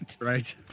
right